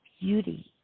beauty